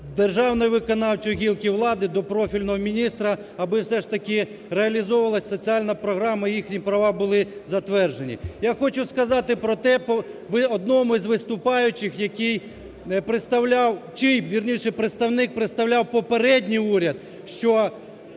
державної виконавчої гілки влади, до профільного міністра, аби все ж таки реалізовувалась соціальна програма, їхні права були затверджені. Я хочу сказати про те… ви одному із виступаючих, який представляв, вірніше, чий представник представляв попередній уряд, що